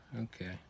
Okay